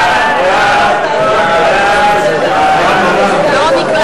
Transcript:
ההצעה להעביר את הצעת